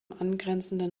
angrenzenden